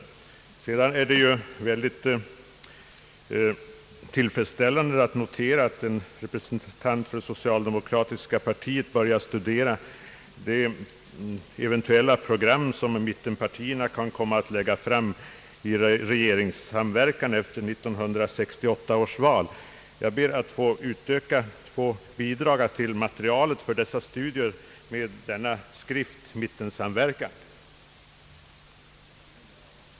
Sedan är det ju ytterst tillfredsställande att notera att en representant för socialdemokratiska partiet börjar reflektera över det program som mittenpartierna kan komma att lägga fram vid regeringssamverkan efter 1968 års val. Jag ber att få bidraga till materialet för sådana studier med denna skrift »Mittensamverkan».